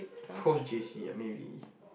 post J_C ah maybe